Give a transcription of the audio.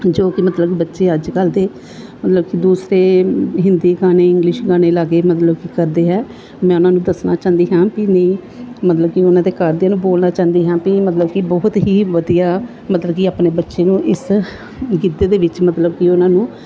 ਜੋ ਕਿ ਮਤਲਬ ਬੱਚੇ ਅੱਜ ਕੱਲ੍ਹ ਦੇ ਮਤਲਬ ਕਿ ਦੂਸਰੇ ਹਿੰਦੀ ਗਾਣੇ ਇੰਗਲਿਸ਼ ਗਾਣੇ ਲਾ ਕੇ ਮਤਲਬ ਕਿ ਕਰਦੇ ਹੈ ਮੈਂ ਉਹਨਾਂ ਨੂੰ ਦੱਸਣਾ ਚਾਹੁੰਦੀ ਹਾਂ ਵੀ ਨਹੀਂ ਮਤਲਬ ਕਿ ਉਹਨਾਂ ਦੇ ਘਰਦਿਆਂ ਨੂੰ ਬੋਲਣਾ ਚਾਹੁੰਦੀ ਹਾਂ ਵੀ ਮਤਲਬ ਕਿ ਬਹੁਤ ਹੀ ਵਧੀਆ ਮਤਲਬ ਕਿ ਆਪਣੇ ਬੱਚੇ ਨੂੰ ਇਸ ਗਿੱਧੇ ਦੇ ਵਿੱਚ ਮਤਲਬ ਕਿ ਉਹਨਾਂ ਨੂੰ